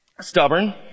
stubborn